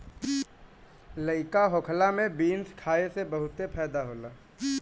लइका होखला में बीन्स खाए से बहुते फायदा होला